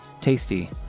Tasty